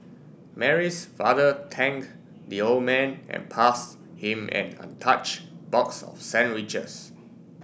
Mary's father thank the old man and pass him an untouched box of sandwiches